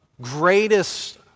greatest